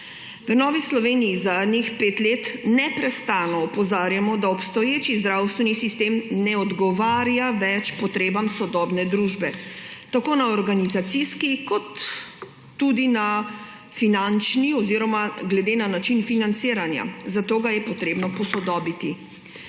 V Novi Sloveniji zadnjih pet let neprestano opozarjamo, da obstoječi zdravstveni sistem ne odgovarja več potrebam sodobne družbe, tako na organizacijski kot tudi na finančni, oziroma glede na način financiranja, zato ga je treba posodobiti.